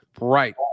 right